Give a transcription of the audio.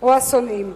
או השונאים?